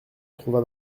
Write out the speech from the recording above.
trouva